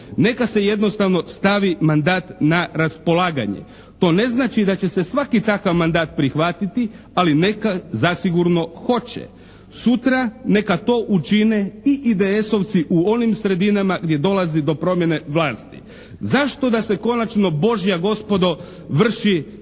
neka se jednostavno stavi mandat na raspolaganje. To ne znači da će se svaki takav mandat prihvatiti, ali neki zasigurno hoće. Sutra neka to učine i IDS-ovci u onim sredinama gdje dolazi do promjene vlasti. Zašto da se konačno božja gospodo vrši samo